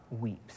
weeps